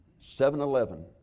7-Eleven